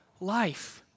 life